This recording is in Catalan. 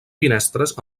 finestres